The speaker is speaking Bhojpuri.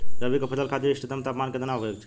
रबी क फसल खातिर इष्टतम तापमान केतना होखे के चाही?